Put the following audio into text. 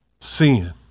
Sin